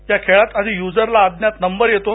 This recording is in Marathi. या खेळात आधी यूजरला अज्ञात नंबर येतो